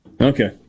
Okay